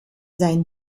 sein